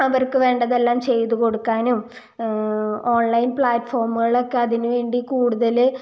അവർക്ക് വേണ്ടതെല്ലാം ചെയ്ത് കൊടുക്കാനും ഓൺലൈൻ പ്ലാറ്റ്ഫോമുകൾ ഒക്കെ അതിന് വേണ്ടി കൂടുതൽ